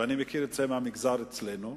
ואני מכיר את זה מהמגזר אצלנו,